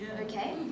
Okay